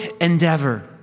endeavor